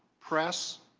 press,